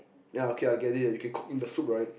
ya okay I get it you can cook in the soup right